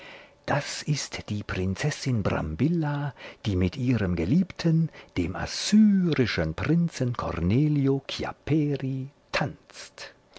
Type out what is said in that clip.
das ist die prinzessin brambilla die mit ihrem geliebten dem assyrischen prinzen cornelio chiapperi tanzt